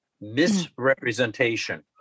misrepresentation